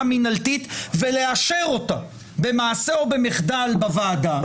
המינהלתית ולאשר אותה במעשה או במחדל בוועדה,